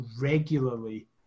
regularly